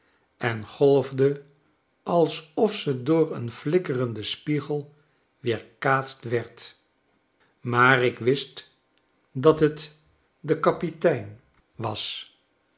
en golfde alsof ze door een flikkerenden spiegel weerkaatst werd maar ik wist dat het de kapitein was